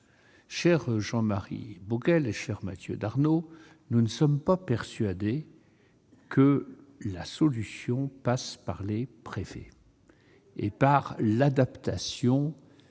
Cher Jean-Marie Bockel, cher Mathieu Darnaud, nous ne sommes pas persuadés que la solution passe par les préfets et leur pouvoir d'adaptation.